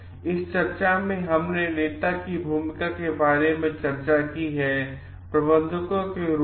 इस चर्चा में हमने नेता की भूमिका के बारे में चर्चा की है प्रबंधकों के रूप में